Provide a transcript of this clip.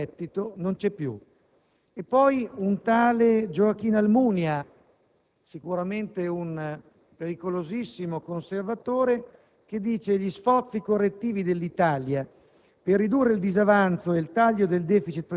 «È sparito il tesoretto, l'extragettito non c'e più» e poi un certo Gioacchino Almunia, sicuramente un pericolosissimo conservatore, che afferma: «Gli sforzi correttivi dell'Italia